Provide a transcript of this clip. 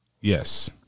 Yes